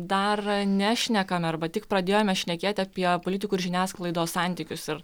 dar nešnekame arba tik pradėjome šnekėti apie politikų ir žiniasklaidos santykius ir